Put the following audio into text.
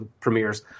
premieres